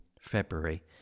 February